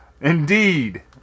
Indeed